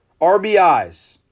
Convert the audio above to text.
RBIs